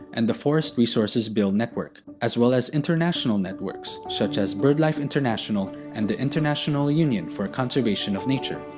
and the forest resources bill network, as well as international networks such as birdlife international and the international union for conservation of nature.